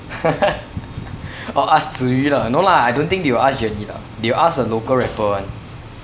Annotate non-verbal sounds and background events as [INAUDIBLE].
[LAUGHS] or ask tzuyu lah no lah I don't think they will ask jennie lah they will ask a local rapper [one]